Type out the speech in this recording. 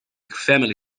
family